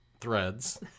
Threads